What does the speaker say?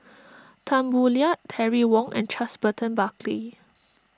Tan Boo Liat Terry Wong and Charles Burton Buckley